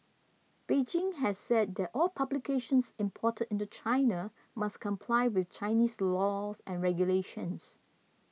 Beijing has said that all publications imported into China must comply with Chinese laws and regulations